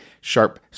Sharp